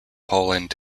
poland